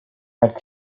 had